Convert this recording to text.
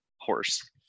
horse